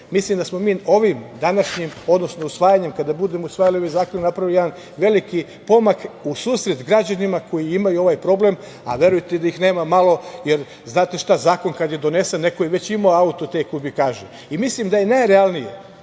Mislim da smo mi ovim današnjim, odnosno kada budemo usvajali ovaj zakon, napravili jedan veliki pomak u susret građanima koji imaju ovaj problem, a verujte da ih nema malo, jer znate šta, zakon kad je donesen neko je već imao auto te kubikaže. Mislim da je najrealnije